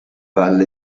valle